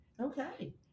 Okay